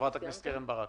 חברת הכנסת קרן ברק.